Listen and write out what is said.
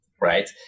Right